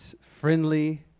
friendly